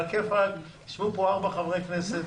יושבים פה ארבעה חברי כנסת,